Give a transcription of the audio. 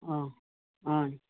অ' অ'